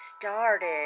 started